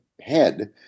head